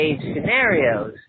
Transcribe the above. scenarios